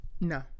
No